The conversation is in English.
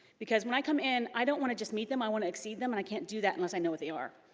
because when i come in i don't want to just meet them, i want to exceed them and i can't do that unless i know what they are.